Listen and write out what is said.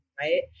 right